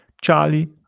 Charlie